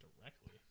directly